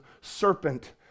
serpent